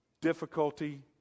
difficulty